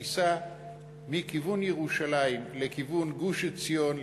תיסע מכיוון ירושלים לכיוון גוש-עציון,